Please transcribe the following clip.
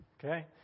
Okay